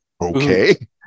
Okay